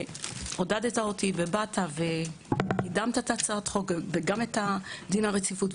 עודדת אותי וקידמת את הצעת החוק וגם את דין הרציפות,